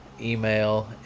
email